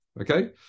Okay